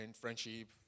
Friendship